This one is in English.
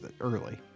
early